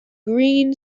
green